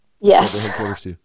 Yes